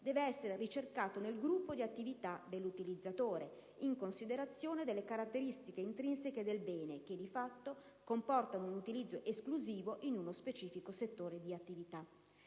deve essere ricercato nel gruppo di attività dell'utilizzatore, in considerazione delle caratteristiche intrinseche del bene che - di fatto - comportano un utilizzo esclusivo in uno specifico settore di attività.